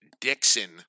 Dixon